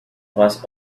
was